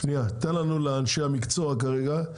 שנייה, תן לאנשי המקצוע כרגע.